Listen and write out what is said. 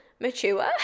mature